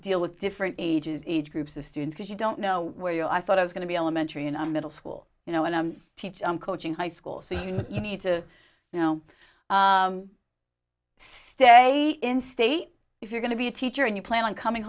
deal with different ages age groups of students you don't know where you i thought i was going to be elementary and middle school you know when i teach i'm coaching high school so you know you need to know stay in state if you're going to be a teacher and you plan on coming